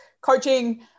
coaching